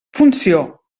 funció